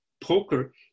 poker